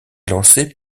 lancés